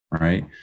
right